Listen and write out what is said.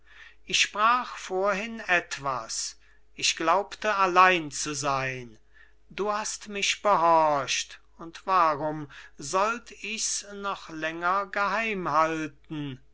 ich sprach vorhin etwas ich glaubte allein zu sein du hast mich behorcht und warum sollt ich's noch länger geheim halten